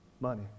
Money